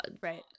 Right